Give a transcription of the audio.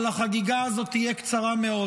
אבל החקיקה הזאת תהיה קצרה מאוד,